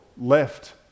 left